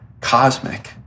cosmic